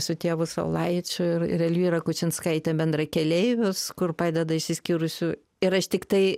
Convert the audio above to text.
su tėvu saulaičiu ir ir elvyra kučinskaite bendrakeleivius kur padeda išsiskyrusių ir aš tiktai